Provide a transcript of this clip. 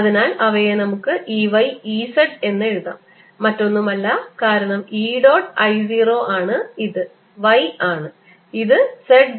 അതിനാൽ അവയെ നമുക്ക് E y E z എന്ന് എഴുതാം മറ്റൊന്നുമല്ല കാരണം E ഡോട്ട് i 0ആണ് ഇത് y ആണ് ഇത് z ആണ്